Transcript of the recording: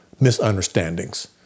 misunderstandings